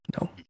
No